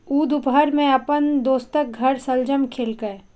ऊ दुपहर मे अपन दोस्तक घर शलजम खेलकै